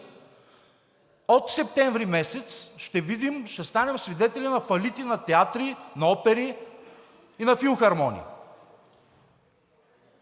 от септември месец ще видим, ще станем свидетели на фалити на театри, на опери и на филхармонии.